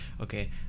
Okay